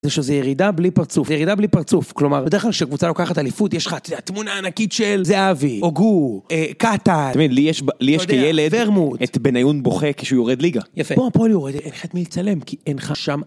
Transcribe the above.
זה שזו ירידה בלי פרצוף, זו ירידה בלי פרצוף. כלומר, בדרך כלל כשקבוצה לוקחת אליפות, יש לך תמונה ענקית של זהבי, הוגור, קאטן. תמיד לי יש כילד את בן עיון בוכה כשהוא יורד ליגה. יפה. פה הפועל יורדת, אין לך את מי לצלם, כי אין לך שם.